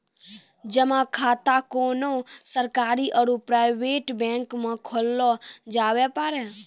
जमा खाता कोन्हो सरकारी आरू प्राइवेट बैंक मे खोल्लो जावै पारै